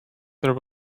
there